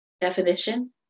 definition